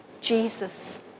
Jesus